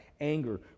Anger